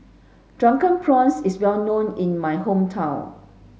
drunken prawns is well known in my hometown